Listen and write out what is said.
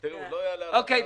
הלאה.